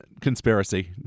Conspiracy